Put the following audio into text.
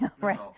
right